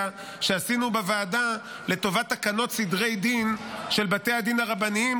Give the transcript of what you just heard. שעשינו בוועדה לטובת תקנות סדרי דין של בתי הדין הרבניים,